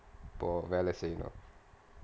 இப்போ வேல செய்யனும்:ippo vela seiyanum